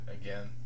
Again